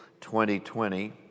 2020